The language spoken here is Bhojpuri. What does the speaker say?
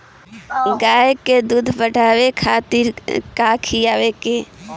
गाय के दूध बढ़ावे खातिर का खियायिं?